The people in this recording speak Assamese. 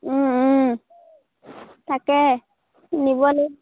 তাকে নিব লাগিব